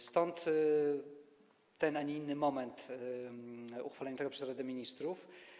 Stąd ten, a nie inny moment uchwalenia tego przez Radę Ministrów.